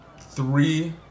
three